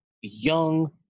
young